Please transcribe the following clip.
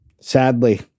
sadly